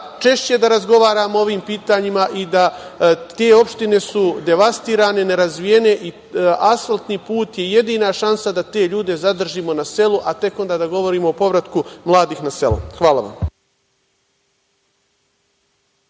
češće da razgovaramo o ovim pitanjima. I da, te opštine su devastirane, nerazvijene, asfaltni put je jedina šansa da te ljude zadržimo na selu, a tek onda da govorimo o povratku mladih na selo. Hvala vam.